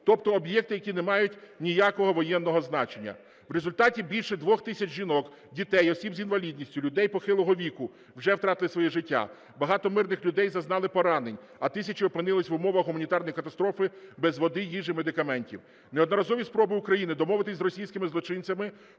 тобто об'єкти, які не мають ніякого воєнного значення. В результаті більше 2 тисяч жінок, дітей, осіб з інвалідністю, людей похилого віку вже втратили своє життя, багато мирних людей зазнали поранень, а тисячі опинилися в умовах гуманітарної катастрофи без води, їжі, медикаментів. Неодноразові спроби України домовитися з російськими злочинцями